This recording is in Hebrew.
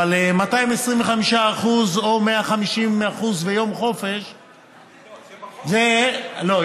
אבל 225% או 150% ויום חופש, לא, זה בחוק.